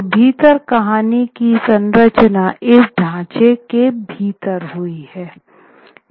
तो भीतर कहानी की संरचना इस ढांचे के भीतर हुई है